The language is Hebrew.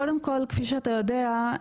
קודם כל כפי שאתה יודע,